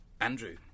Andrew